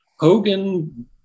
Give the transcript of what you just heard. Hogan